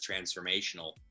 transformational